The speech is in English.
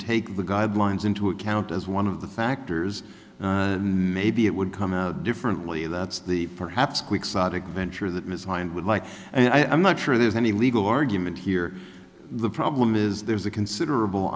take the guidelines into account as one of the factors maybe it would come out differently that's the perhaps quixotic venture that ms hind would like and i'm not sure there's any legal argument here the problem is there's a considerable